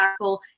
impactful